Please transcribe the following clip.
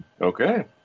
Okay